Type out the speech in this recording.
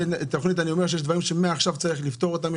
יש דברים שמעכשיו צריך לפתור אותם.